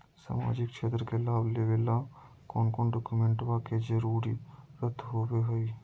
सामाजिक क्षेत्र के लाभ लेबे ला कौन कौन डाक्यूमेंट्स के जरुरत होबो होई?